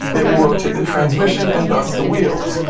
it will rotate the transmission, and thus the wheels.